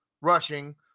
rushing